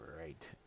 right